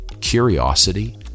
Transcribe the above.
Curiosity